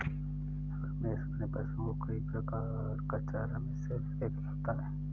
रमेश अपने पशुओं को कई प्रकार का चारा मिश्रित करके खिलाता है